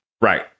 Right